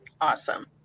Awesome